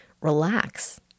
relax